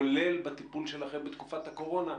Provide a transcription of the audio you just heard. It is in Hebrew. כולל בטיפול שלכם בתקופת הקורונה,